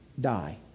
die